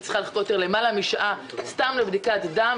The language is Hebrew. לחכות סתם למעלה משעה לבדיקת דם,